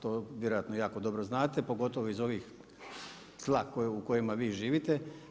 To vjerojatno jako dobro znate pogotovo iz ovih tla u kojima vi živite.